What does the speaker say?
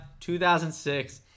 2006